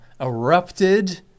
erupted